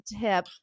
tip